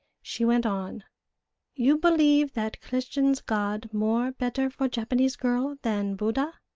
she went on you believe that christians' god more better for japanese girl than buddha?